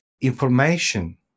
information